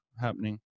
happening